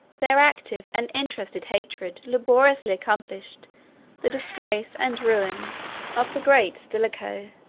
their active and interested hatred laboriously accomplished the disgrace and ruin of the great stilicho.